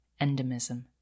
Endemism